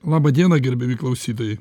laba diena gerbiami klausytojai